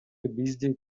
бизди